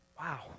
Wow